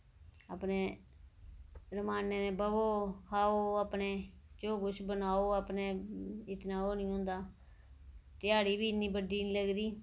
अपने रमान्ने दे बौह् खाओ अपने जो किश बनाओ अपने इन्ना ओह् नेईं होंदा ध्याड़ी बी इन्नी बड्डी नेईं लगदी